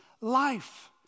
life